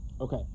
Okay